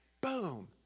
boom